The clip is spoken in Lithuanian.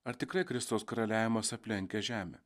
ar tikrai kristaus karaliavimas aplenkia žemę